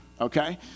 okay